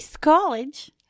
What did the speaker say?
college